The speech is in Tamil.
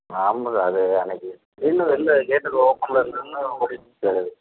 ஆமாம் சார் அது அன்றைக்கி திடீர்னு வெளியில் கேட்டு ஓப்பனில் இருந்த உடனே ஓடிருச்சு சார் அது